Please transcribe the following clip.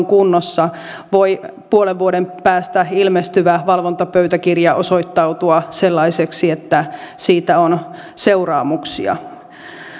kunnossa voi puolen vuoden päästä ilmestyvä valvontapöytäkirja osoittautua sellaiseksi että siitä on seuraamuksia